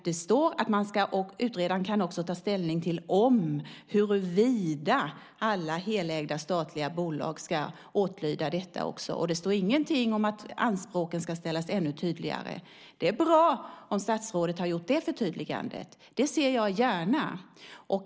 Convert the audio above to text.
Och utredaren kan också ta ställning till "om", "huruvida", alla helägda statliga bolag ska åtlyda detta. Det står ingenting om att anspråken ska ställas ännu tydligare. Det är bra om statsrådet har gjort det förtydligandet. Det ser jag gärna.